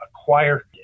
acquire